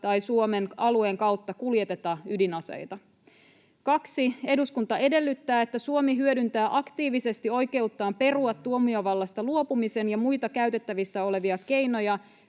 tai Suomen alueen kautta kuljeteta ydinaseita. 2. Eduskunta edellyttää, että Suomi hyödyntää aktiivisesti oikeuttaan perua tuomiovallasta luopumisen ja muita käytettävissä olevia keinoja